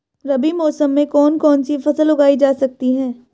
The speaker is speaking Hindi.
रबी मौसम में कौन कौनसी फसल उगाई जा सकती है?